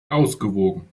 ausgewogen